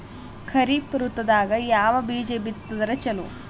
ಖರೀಫ್ ಋತದಾಗ ಯಾವ ಬೀಜ ಬಿತ್ತದರ ಚಲೋ?